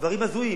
דברים הזויים.